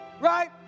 Right